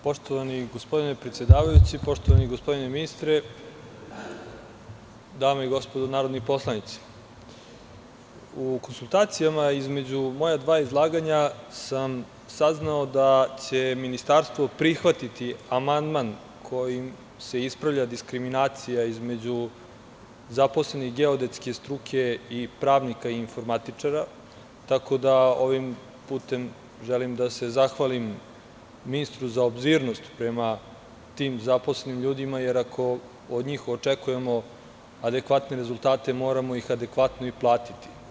Poštovani gospodine predsedavajući, poštovani gospodine ministre, dame i gospodo narodni poslanici, u konsultacijama između moja dva izlaganja sam saznao da će ministarstvo prihvatiti amandman kojim se ispravlja diskriminacija između zaposlenih geodetske struke i pravnika i informatičara, tako da ovim putem želim da se zahvalim ministru za obzirnost prema tim zaposlenim ljudima, jer ako od njih očekujemo adekvatne rezultate, moramo ih adekvatno i platiti.